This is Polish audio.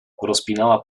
rozpinała